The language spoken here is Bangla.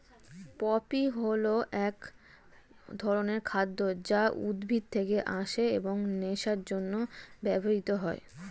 পপি হল এক ধরনের খাদ্য যা উদ্ভিদ থেকে আসে এবং নেশার জন্য ব্যবহৃত হয়